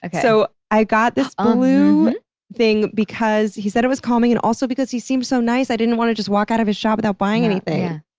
like so i got this um blue thing because he said it was calming, and also because he seemed so nice i didn't want to just walk out of his shop without buying anything.